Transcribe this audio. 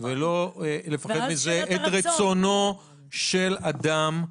ולא לפחד מזה, את רצונו של אדם,